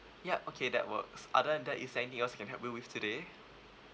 yup okay that works other than that is there anything else I can help you with today